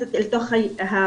נכנסת אל תוך המיפוי,